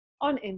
on